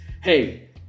hey